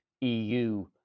EU